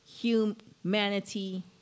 humanity